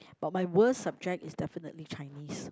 but my worst subject is definitely Chinese